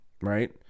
Right